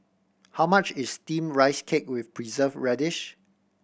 how much is Steamed Rice Cake with Preserved Radish